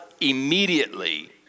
immediately